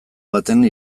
batean